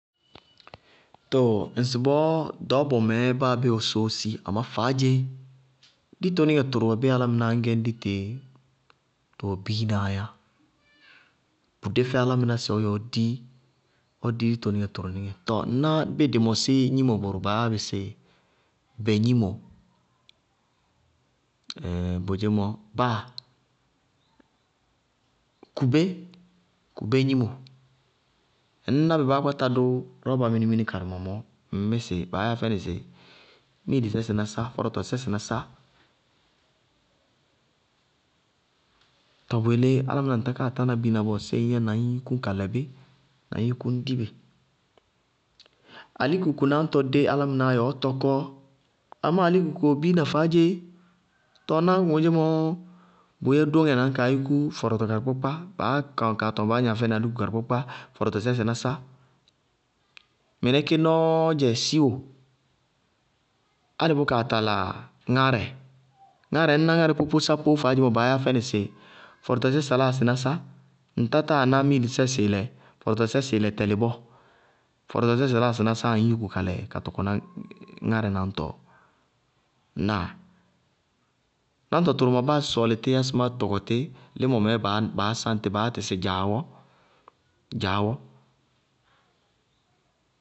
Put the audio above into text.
Too ŋsɩbɔɔ ɖɔɔbɔ mɛɛ báa bé wɛ sóósi, amá faádzé, ditonɩŋɛ tʋrʋ wɛ bɩɩ ŋñ gɛ ñ di tɩ bʋwɛ biina yá bʋdé fɛ álámɩná sɩ ʋ dí ɔyɛ ɔɔ dí ditonɩŋɛ tʋrʋnɩŋɛ, tɔɔ ñŋ dɩ mɔsí, ŋná gnimo bʋrʋ baá yá bɩ sɩ begnímo, ɛɛɛ boyémɔ báa kubé, kubé gnimo, ŋñná baá kpáta ka dʋ rɔɔba minimini karɩ mɛ mɔɔ ŋñmí baá yá fɛnɩ sɩ miilisɛ sɩnásá, fɔrɔtɔsɛ sɩnásá. Too bʋ yelé álámɩná ŋ takáa tána biina bɔɔ séé bʋʋ yɛ na ñ yúkú ka lɛ bí? Ka yúkú ñ dí bɩ! Alíkuku náñtɔ dé álámɩnáá yɛ ɔɔ tɔkɔ. Amá alíkuku wɛ biina faádze. Tɔɔ ná ŋoémɔɔ bʋʋ yɛ dóŋɛ na ñ kaa yúkú fɔrɔtɔ. Báá kɔnɩ kaa tɔŋ fɛnɩ sɩ baá gnañ alikuku karɩkpákpá fɔrɔtɔsɛ sɩnásá. Mɩnɛ ké nɔɔɔ dzɛ síwo álɩ bʋ kaa tala ŋárɛ, ŋárɛ ŋñná ŋárɛ pópósápóó mɔ báá ya fɛnɩ sɩ fɔrɔtɔsɛ saláa sɩnásá. Ŋtá táa ná miilisɛ sɩɩlɛɛ, fɔrɔtɔsɛ sɩɩlɛ tɛlɩ bɔɔ, fɔrɔtɔsɛ saláa sɩnásáá ŋñ yúku ka lɛ ka tɔkɔná ŋárɛ náñtɔɔ? Ŋnáa? Náñtɔ tʋrʋ wɛ ma báásɩ sɔɔlɩ tíyá sɩ má tɔkɔ tí, límɔ mɛɛ baá sáŋ tí báá yá tɩ sɩ dzaawɔ